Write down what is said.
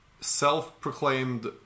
self-proclaimed